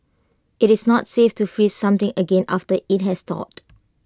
IT is not safe to freeze something again after IT has thawed